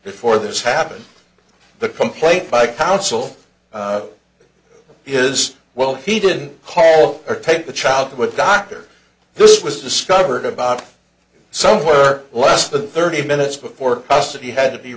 before this happened the complaint by counsel is well he didn't call or take the child with doctor this was discovered about somewhere less than thirty minutes before custody had to be